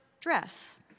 dress